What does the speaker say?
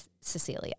Cecilia